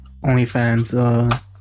OnlyFans